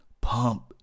pump